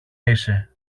είσαι